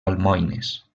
almoines